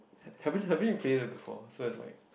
haven't haven't you played it before so it's like